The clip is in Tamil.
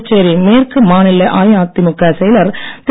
புதுச்சேரி மேற்கு மாநில அஇஅதிமுக செயலர் திரு